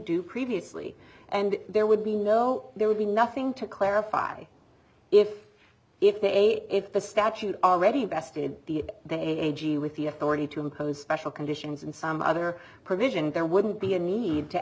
do previously and there would be no there would be nothing to clarify if if they if the statute already bested the then a g with the authority to impose special conditions and some other provision there wouldn't be a need to